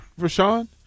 Rashawn